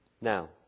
Now